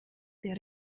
der